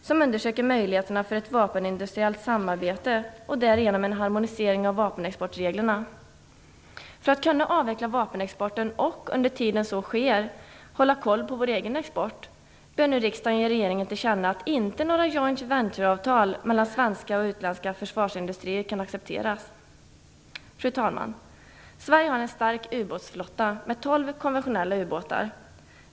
Man undersöker möjligheterna för ett vapenindustriellt samarbete och därigenom en harmonisering av vapenexportreglerna. För att kunna avveckla vapenexporten och, medan så sker, hålla ett öga på vår egen export bör riksdagen tillkännage för regeringen att några joint venture-avtal mellan svenska och utländska försvarsindustrier inte kan accepteras. Fru talman! Sverige har en stark ubåtsflotta med tolv konventionella ubåtar.